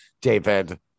david